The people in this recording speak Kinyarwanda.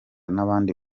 n’abandi